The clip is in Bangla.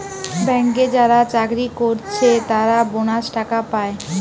ব্যাংকে যারা চাকরি কোরছে তারা বোনাস টাকা পায়